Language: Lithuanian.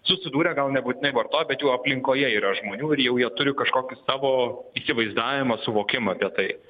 susidūrę gal nebūtinai vartoja bet jų aplinkoje yra žmonių ir jau jie turi kažkokį savo įsivaizdavimą suvokimą apie tai